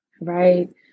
right